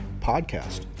Podcast